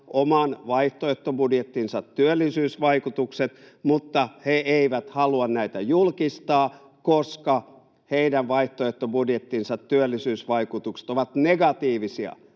oman vaihtoehtobudjettinsa työllisyysvaikutukset, mutta he eivät halua näitä julkistaa, koska heidän vaihtoehtobudjettinsa työllisyysvaikutukset ovat negatiivisia